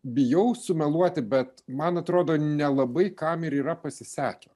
bijau sumeluoti bet man atrodo nelabai kam ir yra pasisekę